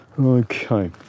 Okay